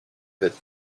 pivot